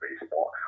baseball